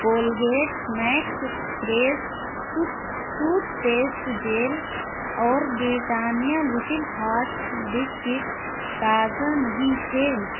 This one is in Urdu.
Colgate max fresh tooth tooth paste gel اور بریٹانیہ لٹل ہارٹس بسکٹ تازہ نہیں تھے